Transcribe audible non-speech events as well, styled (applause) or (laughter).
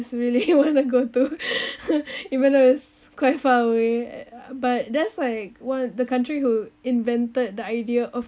(laughs) really want to go to even though is quite far away but that's like one the country who invented the idea of